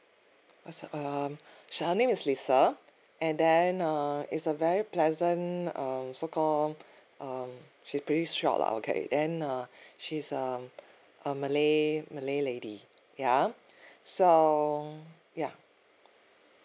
what's up um her name is lisa and then err is a very pleasant uh so called um she's pretty short lah okay then uh she's um a malay malay lady ya so ya